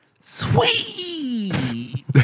Sweet